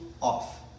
off